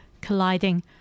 colliding